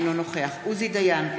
אינו נוכח עוזי דיין,